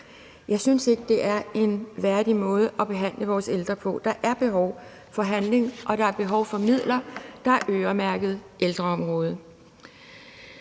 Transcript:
Jeg synes ikke, det er en værdig måde at behandle vores ældre på. Der er behov for handling, og der er behov for midler, der er øremærket ældreområdet.